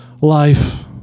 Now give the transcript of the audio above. life